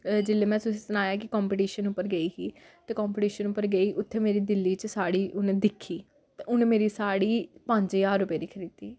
जेल्लै में तुसेंगी सनाया कि कंपीटीशन उप्पर गेई ही ते कंपीटीशन उप्पर गेई उत्थै मेरी दिल्ली च साड़ी उ'नें दिक्खी ते उ'नें मेरी साड़ी पंज ज्हार रपेऽ दी खरीदी